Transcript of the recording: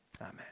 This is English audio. Amen